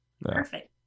Perfect